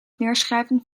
neerschrijven